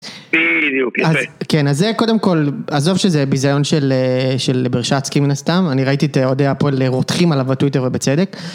אז זה קודם כל, עזוב שזה ביזיון של ברשדסקי סתם, אני ראיתי את אוהדי הפועל רותחים עליו בטוויטר ובצדק